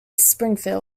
springfield